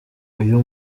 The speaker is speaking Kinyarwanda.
iyo